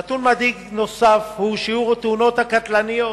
נתון מדאיג נוסף הוא שיעור התאונות הקטלניות